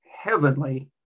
heavenly